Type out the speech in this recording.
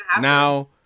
Now